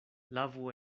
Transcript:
lavu